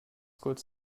kurz